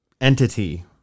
entity